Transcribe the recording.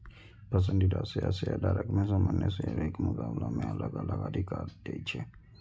पसंदीदा शेयर शेयरधारक कें सामान्य शेयरक मुकाबला मे अलग अलग अधिकार दै छै